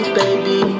baby